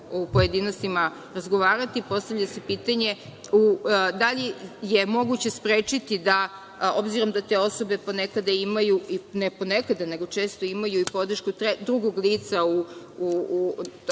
o pojedinostima razgovarati. Postavlja se pitanje – da li je moguće sprečiti da, obzirom da te osobe ponekada imaju, ne ponekada nego često imaju i podršku drugog lica, tzv.